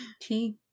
Tea